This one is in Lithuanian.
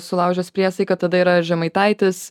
sulaužęs priesaiką tada yra žemaitaitis